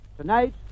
Tonight